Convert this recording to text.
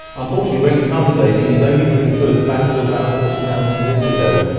unfortunately radiocarbon dating is only really good back to about forty thousand years ago,